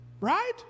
right